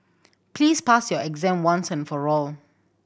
please pass your exam once and for all